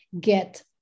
get